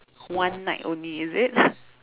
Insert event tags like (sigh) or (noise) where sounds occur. one night only is it (breath)